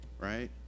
right